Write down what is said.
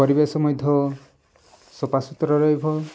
ପରିବେଶ ମଧ୍ୟ ସଫାସୁତୁରା ରହିବ